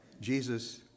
Jesus